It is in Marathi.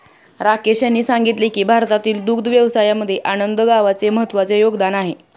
राकेश यांनी सांगितले की भारतातील दुग्ध व्यवसायामध्ये आनंद गावाचे महत्त्वाचे योगदान आहे